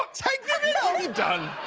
take the lid